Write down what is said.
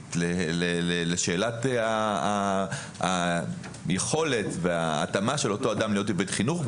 שרלוונטית לשאלת היכולת וההתאמה של אותו אדם להיות עובד חינוך.